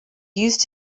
used